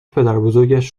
پدربزرگش